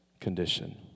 condition